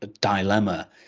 dilemma